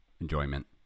enjoyment